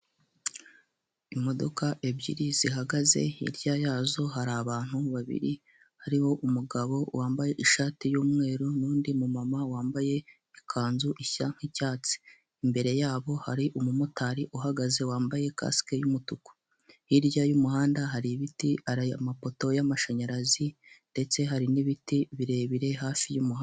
Imodoka ebyiri zihagaze hirya yazo hari abantu babiri, hariho umugabo wambaye ishati y'umweru n'undi mu muma wambaye ikanzu ishya nk'icyatsi. Imbere yabo hari umumotari uhagaze wambaye kasike y'umutuku, hirya y'umuhanda hari ibiti, hari amapoto y'amashanyarazi ndetse hari nibiti birebire hafi y'umuhanda.